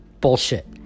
bullshit